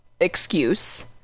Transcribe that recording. excuse